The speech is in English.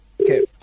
Okay